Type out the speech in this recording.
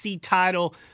title –